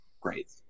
great